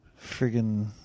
Friggin